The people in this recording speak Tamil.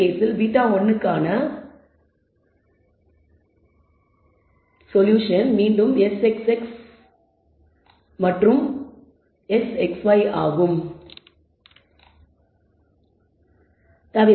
இந்த கேஸில் β1 க்கான சொல்யூஷன் மீண்டும் Sxx பை Sxy ஆக மாறும்